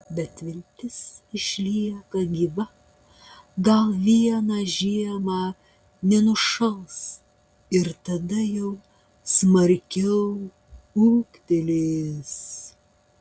bet viltis išlieka gyva gal vieną žiemą nenušals ir tada jau smarkiau ūgtelės